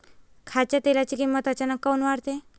खाच्या तेलाची किमत अचानक काऊन वाढते?